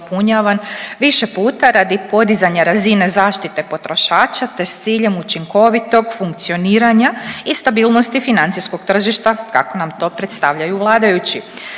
više puta radi podizanja razine zaštite potrošača te s ciljem učinkovitog funkcioniranja i stabilnosti financijskog tržišta, kako nam to predstavljaju vladajući.